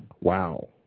Wow